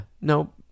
No